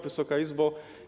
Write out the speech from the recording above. Wysoka Izbo!